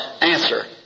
answer